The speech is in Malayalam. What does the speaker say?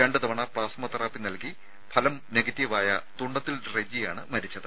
രണ്ട് തവണ പ്ലാസ്മ തെറാപ്പി നൽകി ഫലം നെഗറ്റീവായ തുണ്ടത്തിൽ റെജിയാണ് മരിച്ചത്